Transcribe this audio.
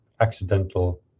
accidental